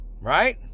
Right